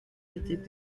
étaient